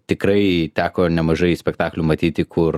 tikrai teko nemažai spektaklių matyti kur